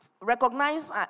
Recognize